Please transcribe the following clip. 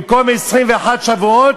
במקום 21 שבועות,